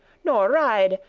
nor ride,